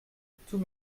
tous